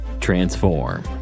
Transform